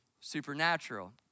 supernatural